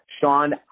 Sean